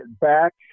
back